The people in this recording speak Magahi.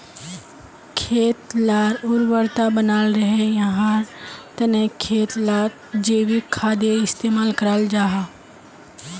खेत लार उर्वरता बनाल रहे, याहार तने खेत लात जैविक खादेर इस्तेमाल कराल जाहा